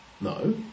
No